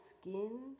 skin